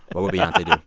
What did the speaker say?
what would beyonce do?